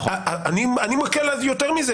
אני מקל יותר מזה